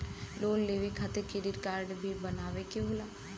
Loan लेवे खातिर credit काडे भी बनवावे के होला?